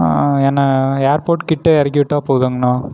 என்னை ஏர்போர்ட் கிட்ட இறக்கி விட்டால் போதுங்கண்ணா